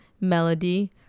Melody